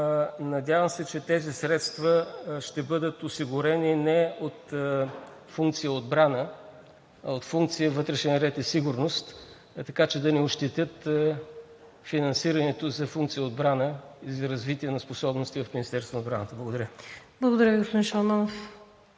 Надявам се, че тези средства ще бъдат осигурени не от функция „Отбрана“, а от функция „Вътрешен ред и сигурност“, така че да не ощетят финансирането за функция „Отбрана“ и за развитие на способностите в Министерството на отбраната. Благодаря. ПРЕДСЕДАТЕЛ ВИКТОРИЯ